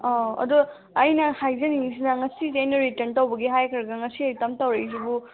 ꯑꯧ ꯑꯗꯣ ꯑꯩꯅ ꯍꯥꯏꯖꯅꯤꯡꯉꯤꯁꯤꯅ ꯉꯁꯤꯁꯦ ꯑꯩꯅ ꯔꯤꯇꯟ ꯇꯧꯕꯒꯤ ꯍꯥꯏꯈ꯭ꯔꯒ ꯉꯁꯤ ꯔꯤꯇꯟ ꯇꯧꯔꯛꯏꯁꯤꯕꯨ